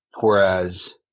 Whereas